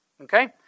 okay